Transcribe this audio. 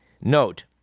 Note